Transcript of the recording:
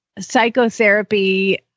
psychotherapy